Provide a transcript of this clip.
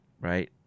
right